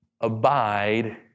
Abide